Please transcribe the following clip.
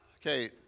Okay